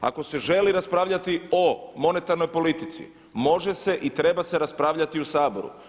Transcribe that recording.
Ako se želi raspravljati o monetarnoj politici može se i treba se raspravljati u Saboru.